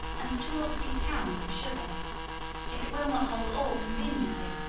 and two or three pounds of sugar if it will not hold all conveniently,